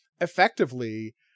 effectively